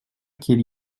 qu’il